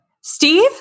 Steve